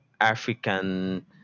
African